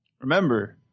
Remember